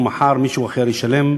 ומחר מישהו אחר ישלם.